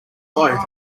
boat